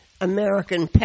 American